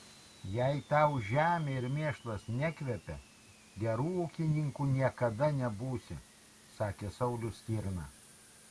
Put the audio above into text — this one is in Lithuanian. jei tau žemė ir mėšlas nekvepia geru ūkininku niekada nebūsi sakė saulius stirna